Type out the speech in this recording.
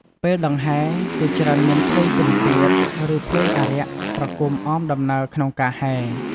ពេលដង្ហែ គេច្រើនមានភ្លេងពិណពាទ្យ ឬភ្លេងអារក្សប្រគំអមដំណើរក្នុងការហែរ។